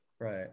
Right